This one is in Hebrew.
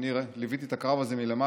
אני ליוויתי את הקרב הזה מלמעלה.